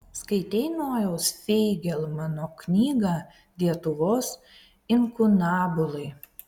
skaitei nojaus feigelmano knygą lietuvos inkunabulai